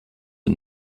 and